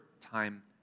time